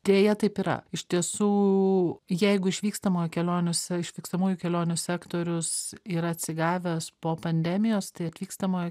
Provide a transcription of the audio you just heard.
deja taip yra iš tiesų jeigu išvykstamojo kelionėse išvykstamųjų kelionių sektorius yra atsigavęs po pandemijos tai atvykstamojo